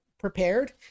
prepared